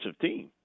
team